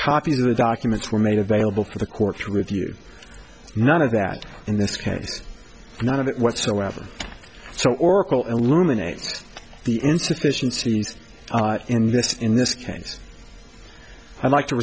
copies of the documents were made available for the court to review none of that in this case none of it whatsoever so oracle illuminates the insufficiencies in this in this case i'd like to